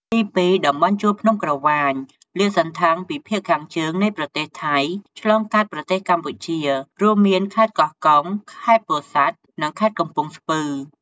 ទីពីរ តំបន់ជួរភ្នំក្រវាញ លាតសន្ធឹងពីភាគខាងជើងនៃប្រទេសថៃ ឆ្លងកាត់ប្រទេសកម្ពុជា រួមមាន ខេត្តកោះកុង ខេត្តពោធិ៍សាត់ និងខេត្តកំពង់ស្ពឺ។